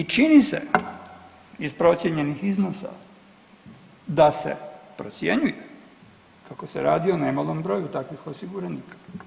I čini se iz procijenjenih iznosa da se procjenjuje kako se radi o nemalom broju takvih osiguranika.